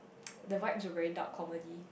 the vibes were very dark comedy